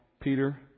Peter